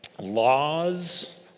laws